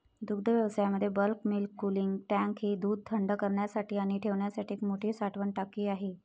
दुग्धव्यवसायामध्ये bulk milk cooling tank ही दूध थंड करण्यासाठी आणि ठेवण्यासाठी एक मोठी साठवण टाकी आहे